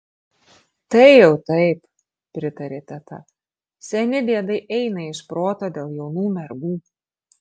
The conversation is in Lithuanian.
tai jau taip pritarė teta seni diedai eina iš proto dėl jaunų mergų